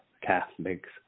Catholics